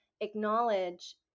acknowledge